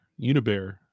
unibear